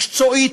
מקצועית,